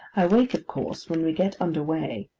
i wake, of course, when we get under weigh,